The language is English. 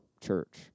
Church